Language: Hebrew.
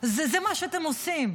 זה מה שאתם עושים.